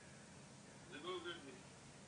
זה המעגל שבדיוק יוצר את המצוקה.